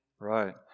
right